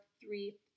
three